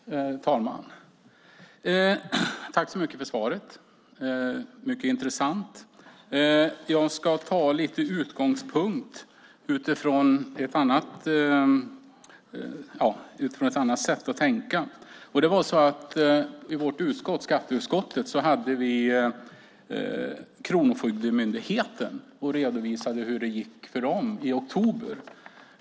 Herr talman! Tack för svaret! Det var mycket intressant. Jag ska ta utgångspunkt i ett annat sätt att tänka. Kronofogdemyndigheten var i skatteutskottet och redovisade hur det gick för dem i oktober.